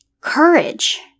courage